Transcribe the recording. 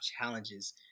challenges